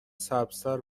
سبزتر